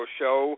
show